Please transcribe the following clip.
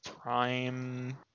Prime